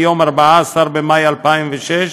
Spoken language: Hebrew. מיום 14 במאי 2006,